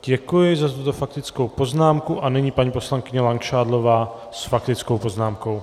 Děkuji za tuto faktickou poznámku a nyní paní poslankyně Langšádlová s faktickou poznámkou.